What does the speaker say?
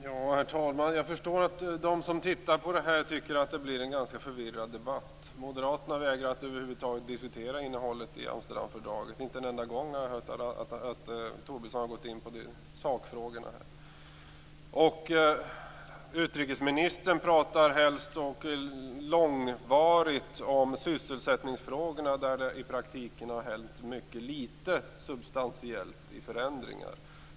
Herr talman! Jag förstår att de som tittar på TV tycker att det blir en ganska förvirrad debatt. Moderaterna vägrar att över huvud taget diskutera innehållet i Amsterdamfördraget. Inte en enda gång har jag hört att Tobisson har gått in på sakfrågorna. Utrikesministern pratar helst och långvarigt om sysselsättningsfrågorna, där det i praktiken har hänt mycket litet i substantiella förändringar.